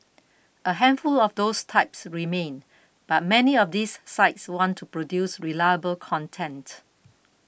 a handful of those types remain but many of these sites want to produce reliable content